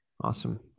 Awesome